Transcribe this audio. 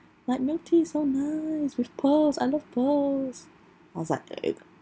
like milk tea so nice with pearls I love pearls I was like ugh